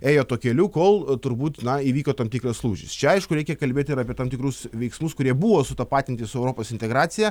ėjo tuo keliu kol turbūt na įvyko tam tikras lūžis čia aišku reikia kalbėti ir apie tam tikrus veiksmus kurie buvo sutapatinti su europos integracija